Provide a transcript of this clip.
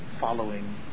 following